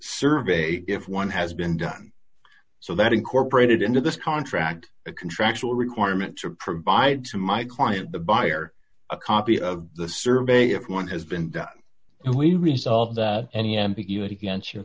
survey if one has been done so that incorporated into this contract a contractual requirement to provide to my client the buyer a copy of the survey if one has been done and we resolve any ambiguity against your